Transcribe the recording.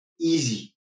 easy